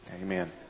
Amen